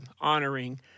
honoring